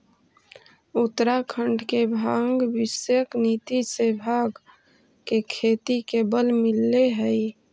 उत्तराखण्ड के भाँग विषयक नीति से भाँग के खेती के बल मिलले हइ